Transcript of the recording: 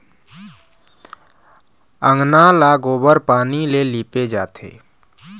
अंगना ल गोबर पानी ले लिपे जाथे